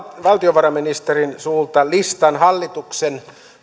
valtiovarainministerin suusta listan hallituksen